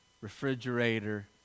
refrigerator